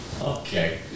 okay